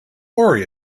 worry